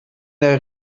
der